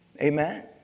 amen